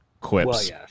quips